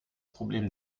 problem